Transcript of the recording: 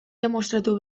demostratu